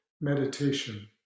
meditation